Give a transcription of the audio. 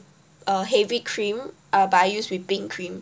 uh heavy cream uh but I use whipping cream